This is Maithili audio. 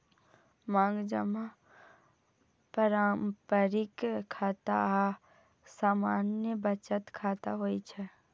मांग जमा पारंपरिक खाता आ सामान्य बचत खाता होइ छै